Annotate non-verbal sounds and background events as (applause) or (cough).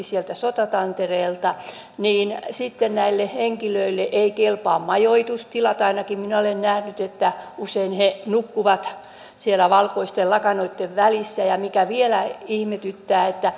(unintelligible) sieltä sotatantereelta lähtee tänne turvapaikanhakijoiksi näille henkilöille eivät kelpaa majoitustilat ainakin minä olen nähnyt että usein he nukkuvat siellä valkoisten lakanoitten välissä ja vielä ihmetyttää